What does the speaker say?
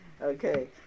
Okay